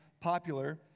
popular